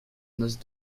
noces